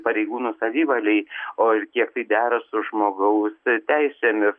pareigūnų savivalei o ir kiek tai dera su žmogaus teisėmis